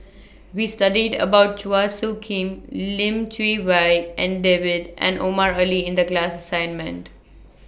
We studied about Chua Soo Khim Lim Chee Wai and David and Omar Ali in The class assignment